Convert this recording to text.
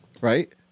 Right